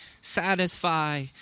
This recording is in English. satisfy